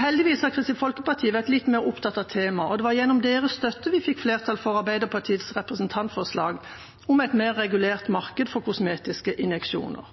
Heldigvis har Kristelig Folkeparti vært litt mer opptatt av temaet, og det var gjennom deres støtte vi fikk flertall for Arbeiderpartiets representantforslag om et mer regulert marked for kosmetiske injeksjoner.